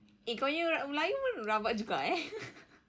eh kau punya melayu rabak juga eh